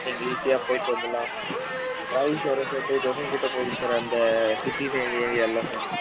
நீங்கள் ஈஸியாக போய்ட்டு வந்துடலாம் பிரைஸ் வரும் சார் டூ தௌசண்ட் கிட்டே போகுது சார் அந்த சிட்டி சைடு ஏரியா எல்லாம் சார்